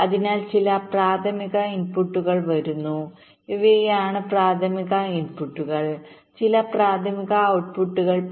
അതിനാൽ ചില പ്രാഥമിക ഇൻപുട്ടുകൾ വരുന്നു ഇവയാണ് പ്രാഥമിക ഇൻപുട്ടുകൾ ചില പ്രാഥമിക ഔട്ട്പുട്ടുകൾ പി